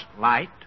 light